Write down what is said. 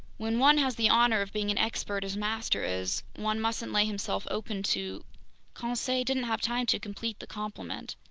when one has the honor of being an expert as master is, one mustn't lay himself open to conseil didn't have time to complete the compliment.